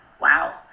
Wow